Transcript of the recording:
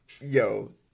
yo